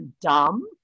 dumb